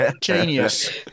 Genius